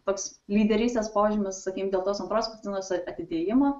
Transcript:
toks lyderystės požymis sakykim dėl tos antros vakcinos atidėjimo